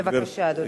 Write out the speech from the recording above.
בבקשה, אדוני.